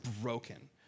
broken